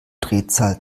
drehzahl